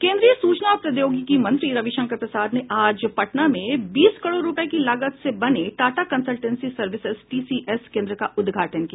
केंद्रीय सूचना और प्रौद्योगिकी मंत्री रविशंकर प्रसाद ने आज पटना में बीस करोड़ रूपये की लागत से बने टाटा कंसलटेंसी सर्विसेज टीसीएस केंद्र का उद्घाटन किया